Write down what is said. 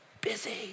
busy